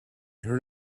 heard